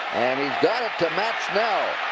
and he's got it to matt snell.